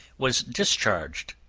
was discharged,